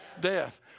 death